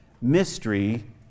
mystery